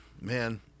man